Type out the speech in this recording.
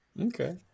Okay